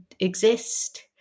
exist